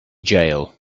jail